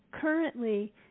currently